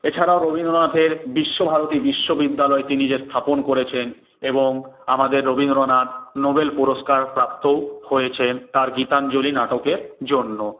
এছাড়াও রবীন্দ্রনাথের বিশ্বভারতী বিশ্ববিদ্যালয় তিনি যে স্থাপন করেছেন এবং আমাদের রবীন্দ্রনাথ নোবেল পুরস্কার প্রাপ্তও হয়েছেন তার গীতাঞ্জলি নাটকের জন্য